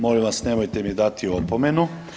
Molim vas nemojte mi dati opomenu.